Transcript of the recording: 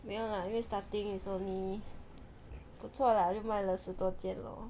没有啦因为 starting is only 不错 lah 就买了十多件 lor